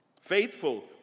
Faithful